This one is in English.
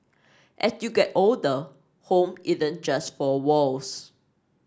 as you get older home isn't just four walls